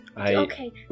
Okay